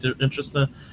interesting